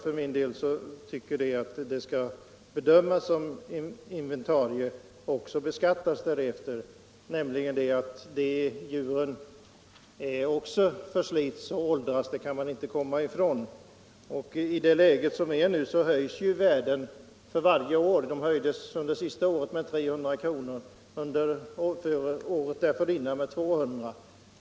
För min del tycker jag att de skall bedömas som inventarier och också beskattas därefter. Djuren förslits nämligen och åldras — det kan man inte komma ifrån. I nuvarande läge höjs värdet för varje år. Under det senaste året var höjningen 300 kr. och året dessförinnan 200 kr.